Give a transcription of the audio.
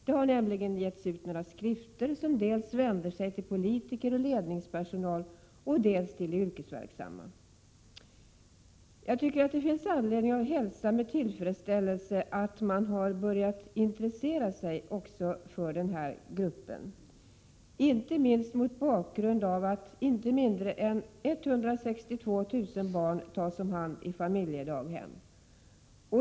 Det har nämligen getts ut några skrifter som vänder sig dels till politiker och personer i ledande ställning, dels till yrkesverksamma. Det finns anledning att hälsa med tillfredsställelse att man börjat intressera sig för den här gruppen, inte minst mot bakgrund av att inte mindre än 162 000 barn tas om hand i familjedaghem.